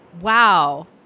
Wow